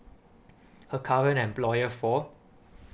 her current employer for